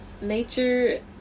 nature